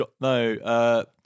No